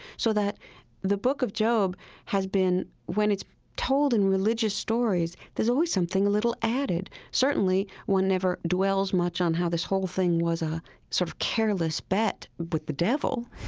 so that the book of job has been, when it's told in religious stories, there's always something a little added. certainly, one never dwells much on how this whole thing was a sort of careless bet with the devil.